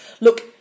Look